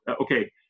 okay